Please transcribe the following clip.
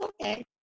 okay